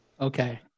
Okay